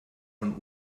von